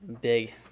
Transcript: big